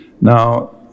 Now